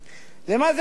למה זה דומה?